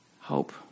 Hope